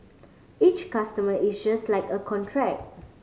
each customer is just like a contract